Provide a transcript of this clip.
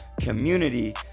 community